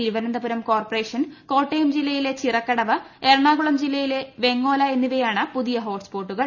Thiruvananthapuram corporation ക്ടോട്ടിയം ജില്ലയിലെ ചിറക്കടവ് എറണാകുളം ജില്ലയിലെ വെങ്ങോല് എന്നിവയാണ് പുതിയ ഹോട്ട് സ്പോട്ടുകൾ